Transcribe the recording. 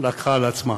לקחה זאת על עצמה.